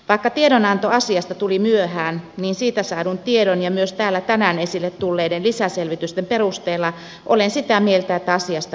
päkä tiedonanto asiasta tuli myöhään niin siitä saadun tiedon ja myös täällä tänään esille tulleiden lisäselvitysten perusteella olen sitä mieltä että asiasta